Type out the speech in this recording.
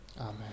Amen